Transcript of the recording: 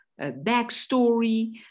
backstory